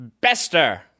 bester